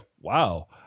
Wow